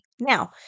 now